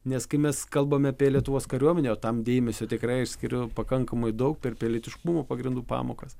nes kai mes kalbame apie lietuvos kariuomenę o tam dėmesio tikrai aš skiriu pakankamai daug per pilietiškumo pagrindų pamokas